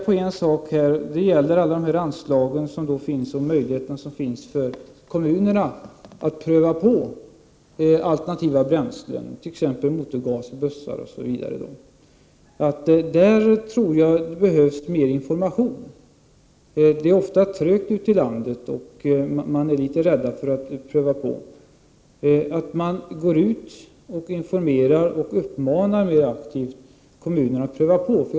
Jag vill peka på anslagen och alla de möjligheter som finns för kommunerna att pröva på alternativa bränslen, t.ex. motorgas för bussar. Där tror jag att det behövs mer information. Det går ofta trögt ute i landet — man är rädd för att pröva på något nytt. Det är viktigt att gå ut och informera och mer aktivt uppmuntra kommunerna att pröva nya drivmedel.